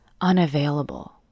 unavailable